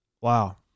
Wow